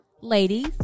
Ladies